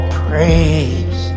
praise